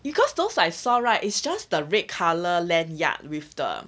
because those I saw right it's just the red colour lanyard with the